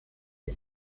une